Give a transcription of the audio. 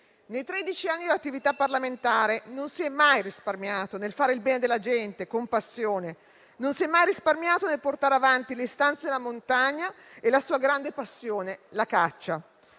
tredici anni di attività parlamentare non si è mai risparmiato nel fare il bene della gente con passione e nel portare avanti le istanze della montagna e la sua grande passione, la caccia.